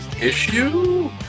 issue